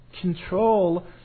control